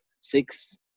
six